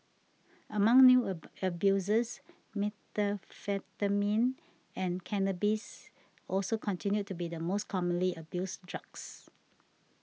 among new a abusers methamphetamine and cannabis also continued to be the most commonly abused drugs